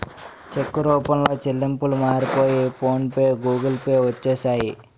చెక్కు రూపంలో చెల్లింపులు మారిపోయి ఫోన్ పే గూగుల్ పే వచ్చేసాయి